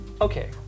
okay